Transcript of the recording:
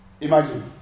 imagine